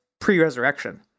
pre-resurrection